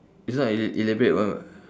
it's not e~ elaborate [one]